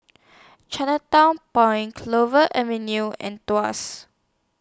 Chinatown Point Clover Avenue and Tuas